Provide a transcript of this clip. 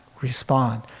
respond